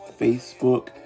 Facebook